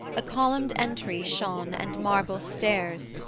a columned entry shone and marble stairs,